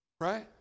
Right